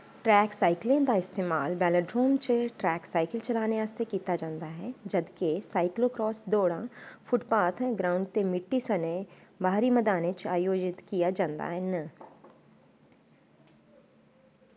track साइकिलें दा इस्तेमाल वेलोड्रोम च ट्रैक साइकल चलाने आस्तै कीता जंदा ऐ जद के साइक्लो क्रास दौड़ां फुटपाथ ग्राउंड ते मिट्टी सनै बाह्री मदानें च अयोजत किया जंदा ई न